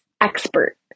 expert